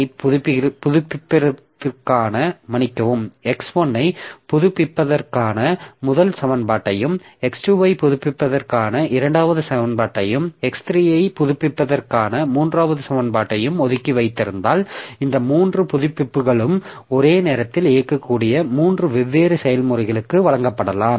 x1 ஐப் புதுப்பிப்பதற்கான முதல் சமன்பாட்டையும் x2 ஐப் புதுப்பிப்பதற்கான இரண்டாவது சமன்பாட்டையும் x3 ஐப் புதுப்பிப்பதற்கான மூன்றாவது சமன்பாட்டையும் ஒதுக்கி வைத்திருந்தால் இந்த மூன்று புதுப்பிப்புகளும் ஒரே நேரத்தில் இயக்கக்கூடிய மூன்று வெவ்வேறு செயல்முறைகளுக்கு வழங்கப்படலாம்